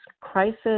crisis